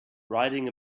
riding